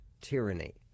tyranny